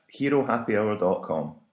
herohappyhour.com